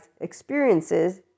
experiences